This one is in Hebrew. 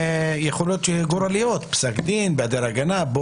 יכולות להיות גורליות כמו פסק דין בהיעדר הגנה.